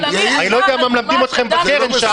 אני לא יודע מה מלמדים אתכם בקרן.